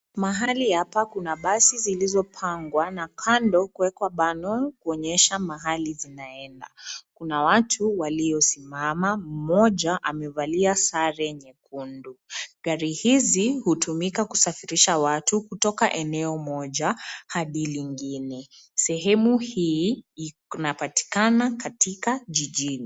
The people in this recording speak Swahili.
Mahali hapa kuna basi zilizopangwa na kando kuwekwa bano kuonyesha mahali zinaenda. Kuna watu waliosimama, mmoja amevalia sare nyekundu. Gari hizi hutumika kusafirisha watu kutoka eneo moja hadi lingine. Sehemu hii inapatikana katika jijini.